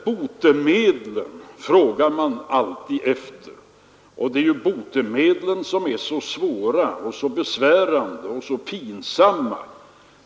Botemedlen frågar man alltid efter. Det är ju botemedlen som är så svåra, så besvärande och pinsamma.